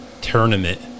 Tournament